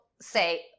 say